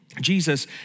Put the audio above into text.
Jesus